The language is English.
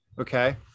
Okay